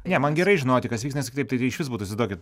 ne man gerai žinoti kas vyks nes kitaip tai išvis būtų įsivaizduokit